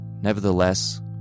Nevertheless